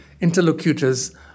interlocutors